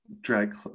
drag